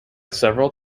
several